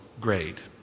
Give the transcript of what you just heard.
great